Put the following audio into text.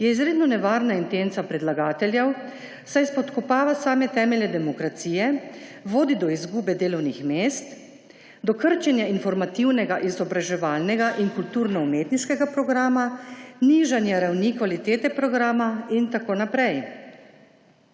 je izredno nevarna intenca predlagateljev, saj spodkopava same temelje demokracije, vodi do izgube delovnih mest, do krčenja informativnega, izobraževalnega in kulturno-umetniškega programa, nižanja ravni kvalitete programa in tako naprej.